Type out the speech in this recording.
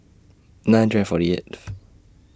nine hundred and forty eighth